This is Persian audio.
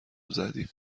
زدیم